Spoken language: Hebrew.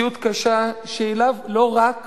מציאות קשה שהיא לא רק